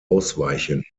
ausweichen